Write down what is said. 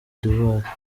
d’ivoire